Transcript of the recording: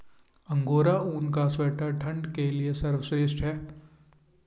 angora ऊन का sweater ठंड के लिए सर्वश्रेष्ठ है